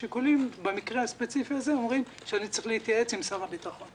השיקולים במקרה הספציפי הזה אומרים שאני צריך להתייעץ עם שר הביטחון.